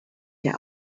der